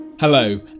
Hello